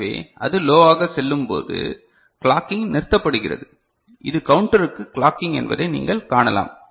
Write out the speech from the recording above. எனவே அது லோவாக செல்லும் போது கிளாக்கிங் நிறுத்தப்படுகிறது இது கவுண்டருக்கு கிளாக்கிங் என்பதை நீங்கள் காணலாம்